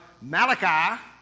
Malachi